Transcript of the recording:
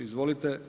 Izvolite.